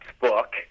book